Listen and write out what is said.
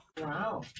Wow